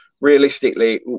realistically